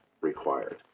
required